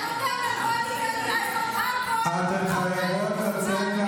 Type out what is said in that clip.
אתה נותן לוולדיגר לעשות הכול, אתן חייבות לצאת,